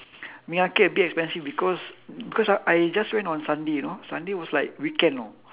ming arcade a bit expensive because because ah I just went on sunday you know sunday was like weekend you know